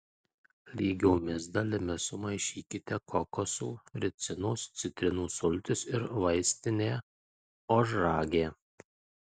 lygiomis dalimis sumaišykite kokoso ricinos citrinų sultis ir vaistinė ožragę